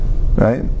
right